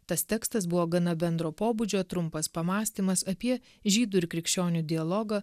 tas tekstas buvo gana bendro pobūdžio trumpas pamąstymas apie žydų ir krikščionių dialogą